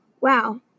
Wow